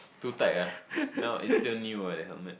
too tight ah now it's still new ah the helmet